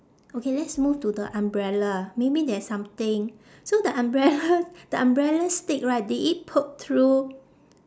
okay let's move to the umbrella maybe there's something so the umbrella the umbrella stick right did it poke through